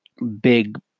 big